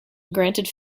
granted